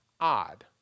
odd